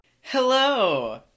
hello